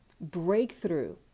breakthrough